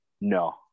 no